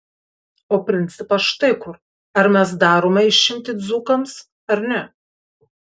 o principas štai kur ar mes darome išimtį dzūkams ar ne